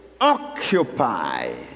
occupy